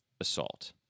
assault